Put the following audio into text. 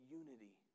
unity